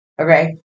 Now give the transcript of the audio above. Okay